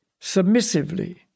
submissively